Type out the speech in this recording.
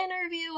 interview